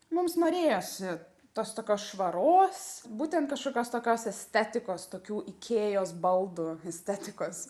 mums norėjosi tos tokios švaros būtent kažkokios tokios estetikos tokių ikėjos baldų estetikos